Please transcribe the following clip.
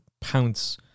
pounce